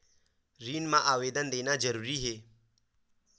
ऋण मा आवेदन देना जरूरी हे?